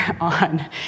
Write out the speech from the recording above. on